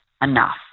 enough